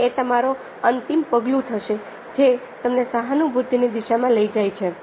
અને આ તમારો અંતિમ પગલું થશે જે તમને સહાનુભૂતિની દિશામાં લઈ જાય છે